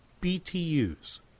BTUs